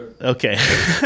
okay